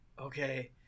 okay